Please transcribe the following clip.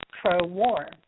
Pro-war